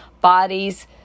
bodies